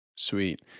Sweet